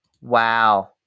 wow